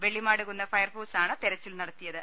വെള്ളിമാട്കുന്ന് ഫയർഫോഴ്സാണ് തെരച്ചിൽ നടത്തിയത്